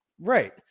right